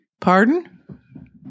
Pardon